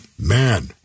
man